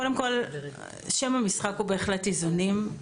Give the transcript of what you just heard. קודם כול, שם המשחק הוא בהחלט איזונים.